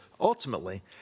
Ultimately